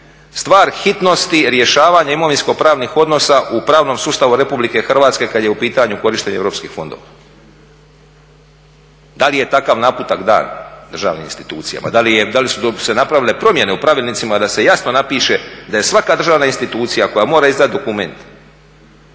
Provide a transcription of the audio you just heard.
stvar hitnosti rješavanja imovinsko pravnih odnosa u pravnom sustavu RH kad je u pitanju korištenje europskih fondova? Da li je takav naputak dan državnim institucijama? Da li su se napravile promjene u pravilnicima da se jasno napiše da je svaka državna institucija koja mora … dokument